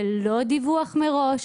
ללא דיווח מראש,